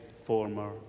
former